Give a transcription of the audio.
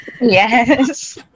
yes